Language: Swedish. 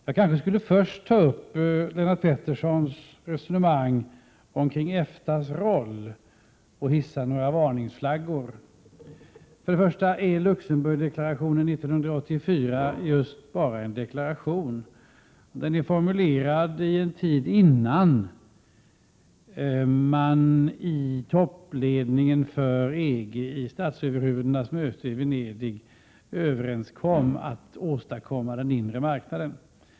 Fru talman! Jag vill först ta upp Lennart Petterssons resonemang om EFTA:s roll och hissa några varningsflaggor. Först och främst är Luxemburgdeklarationen från 1984 just bara en deklaration. Den formulerades innan man i toppledningen för EG vid statsöverhuvudenas möte i Venedig kom överens om att åstadkomma den inre marknaden.